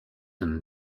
and